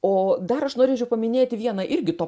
o dar aš norėčiau paminėti vieną irgi to